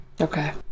Okay